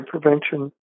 prevention